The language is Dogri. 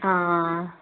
आं